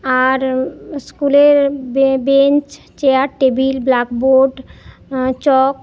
আর স্কুলের bench chair table black board চক